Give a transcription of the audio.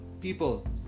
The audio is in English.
People